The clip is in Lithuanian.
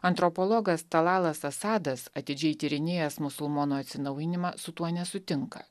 antropologas talalas asadas atidžiai tyrinėjęs musulmonų atsinaujinimą su tuo nesutinka